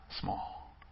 small